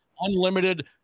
unlimited